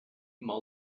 mall